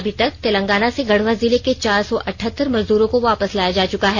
अभी तक तेलांगना से गढ़वा जिले के चार सौ अठहत्तर मजदूरो को वापस लाया जा चुका है